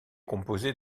composée